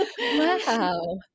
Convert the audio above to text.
Wow